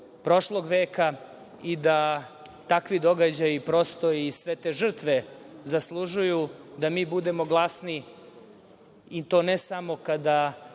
prošlog veka i da takvi događaji prosto i sve te žrtve zaslužuju da mi budemo glasni, i to ne samo kada,